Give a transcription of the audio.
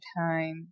time